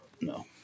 no